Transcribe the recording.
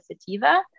sativa